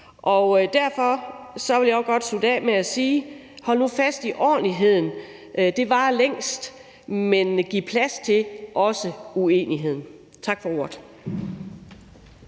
Derfor vil jeg godt slutte af med at sige, at lad os nu holde fast i ordentligheden. Den varer længst, men giv også plads til uenigheden. Tak for ordet.